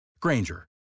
Granger